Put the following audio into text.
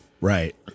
Right